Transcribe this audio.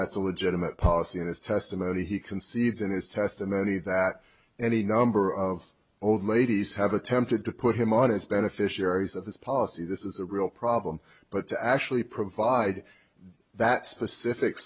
that's a legitimate policy in this testimony he concedes in his testimony that any number of old ladies have attempted to put him on his beneficiaries of his policy this is a real problem but to actually provide that specific